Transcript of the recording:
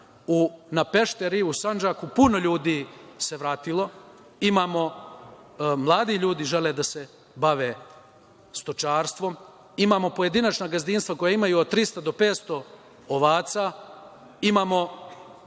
Na Pešter i u Sandžak se puno ljudi vratilo. Mladi ljudi žele da se bave stočarstvom, imamo pojedinačna gazdinstva koja imaju od 300 do 500 ovaca.